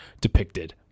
depicted